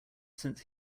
since